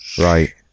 right